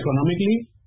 economically